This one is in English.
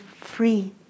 free